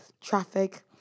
traffic